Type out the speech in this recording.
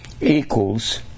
equals